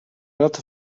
lot